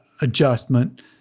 adjustment